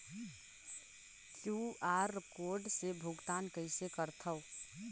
QR code से भुगतान कइसे करथव?